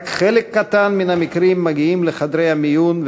רק חלק קטן מן המקרים מגיעים לחדרי המיון,